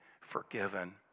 forgiven